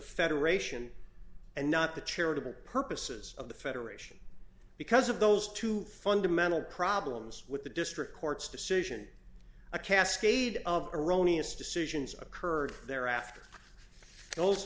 federation and not the charitable purposes of the federation because of those two fundamental problems with the district court's decision a cascade of erroneous decisions occurred there after